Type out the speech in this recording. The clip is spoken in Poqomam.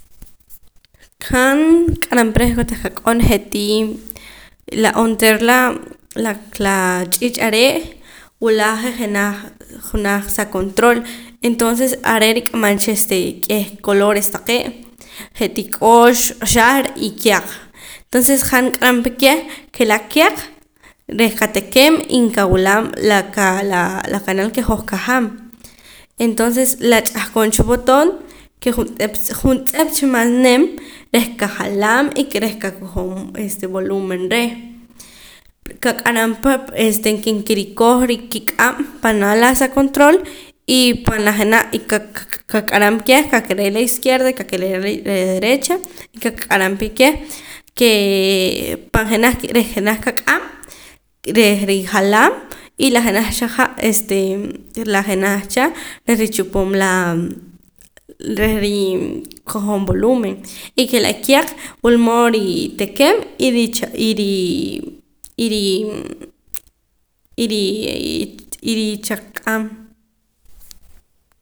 Han q'aram pa reh kotaq ak'on je'tii la onteera laa la ch'iich' are' wula je' jenaj junaj sa control entonces are' rik'amam cha este k'eh colores taqee' je'tii k'ox xaar y kiaq tonces han q'aram pa keh ke la kiaq reh qatekem y nqawulam la ka laa la canal ke hoj qajaam entonces la ch'ahqon cha botoon ke juntz'ep juntz'ep cha mas nim reh qajalam y ke reh qakojom este volumen reh kak'aram pa este ken kirikoj kik'ab' panaa' la sa control y pan la jenaj ka k'ak'aram keh kake're' izquierda y kake're' ri la derecha y kak'aram pa keh kee pan jenaj reh jenaj kiq'ab' reh rijalam y la jenaj cha ja' este la jenaj cha reh richupum laa reh rii kojom volumen y ke la kiaq wulmood ri tekem y richaq'am